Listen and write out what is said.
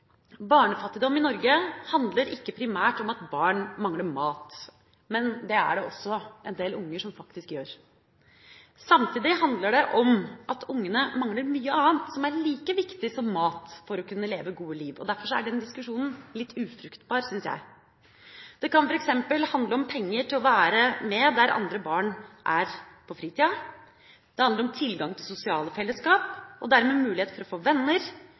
Barnefattigdom i Norge handler ikke primært om at barn mangler mat – men det er det en del unger som faktisk også gjør. Samtidig handler det om at ungene mangler mye annet som er like viktig som mat, for å kunne leve et godt liv. Derfor er den diskusjonen litt ufruktbar, syns jeg. Det kan f.eks. handle om penger til å være med der andre barn er på fritida, det handler om tilgang til sosiale fellesskap og dermed mulighet til å få venner